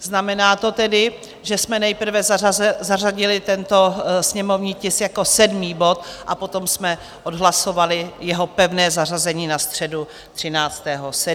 Znamená to tedy, že jsme nejprve zařadili tento sněmovní tisk jako sedmý bod a potom jsme odhlasovali jeho pevné zařazení na středu 13. 7.